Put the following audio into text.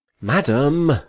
Madam